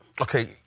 Okay